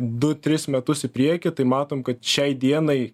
du tris metus į priekį tai matome kad šiai dienai